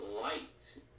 light